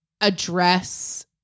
address